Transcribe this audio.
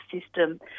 system